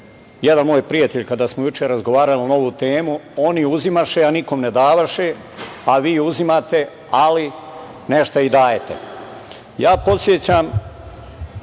jedan moj prijatelj, kada smo juče razgovarali na ovu temu, on uzimaše, a nikom ne davaše, a vi uzimate, ali nešto i dajete. Ja podsećam